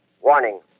Warning